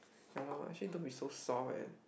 ya loh actually don't be so soft leh